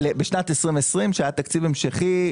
בשנת 2020 כשהיה תקציב המשכי,